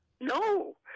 No